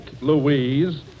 Louise